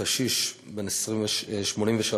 קשיש בן 83,